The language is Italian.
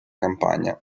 campagna